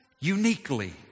uniquely